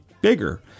bigger